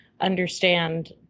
understand